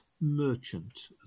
merchant